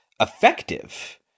effective